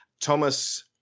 Thomas